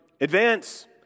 advance